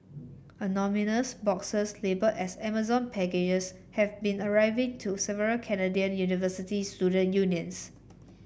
anonymous boxes labelled as Amazon packages have been arriving to several Canadian university student unions